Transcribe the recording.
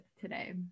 today